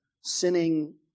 sinning